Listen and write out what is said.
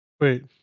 Wait